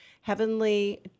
heavenly